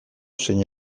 zein